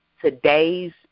today's